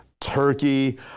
Turkey